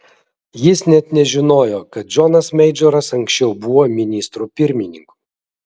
jis net nežinojo kad džonas meidžoras anksčiau buvo ministru pirmininku